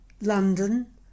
London